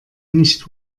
nicht